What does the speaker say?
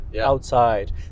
outside